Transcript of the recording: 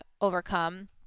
overcome